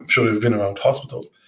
sure you've been around hospitals,